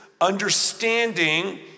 understanding